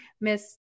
Miss